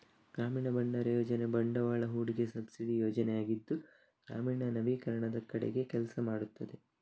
ಗ್ರಾಮೀಣ ಭಂಡಾರ ಯೋಜನೆ ಬಂಡವಾಳ ಹೂಡಿಕೆ ಸಬ್ಸಿಡಿ ಯೋಜನೆಯಾಗಿದ್ದು ಗ್ರಾಮೀಣ ನವೀಕರಣದ ಕಡೆಗೆ ಕೆಲಸ ಮಾಡುತ್ತದೆ